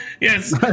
Yes